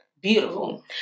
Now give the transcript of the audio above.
beautiful